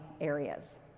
areas